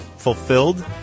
fulfilled